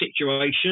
situation